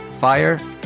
fire